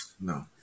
No